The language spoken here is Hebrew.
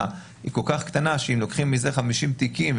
היא כל-כך קטנה שאם לוקחים מזה 50 תיקים,